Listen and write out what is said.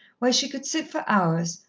where she could sit for hours,